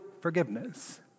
forgiveness